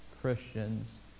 Christians